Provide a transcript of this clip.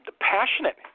passionate